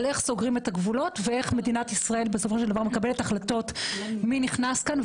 איך סוגרים את הגבולות ואיך מדינת ישראל מקבלת החלטות מי נכנס לכאן,